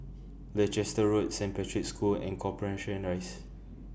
Leicester Road Saint Patrick's School and Corporation Rise